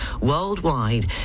worldwide